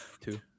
two